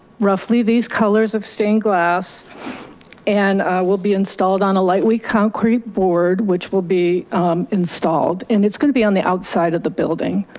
roughly these colors of stained glass and will be installed on a lightweight concrete board which will be installed and it's going to be on the outside of the building.